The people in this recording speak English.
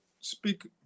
speak